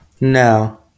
No